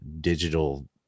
digital